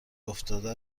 افتاده